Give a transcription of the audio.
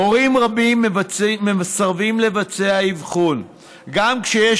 הורים רבים מסרבים לבצע אבחון גם כשיש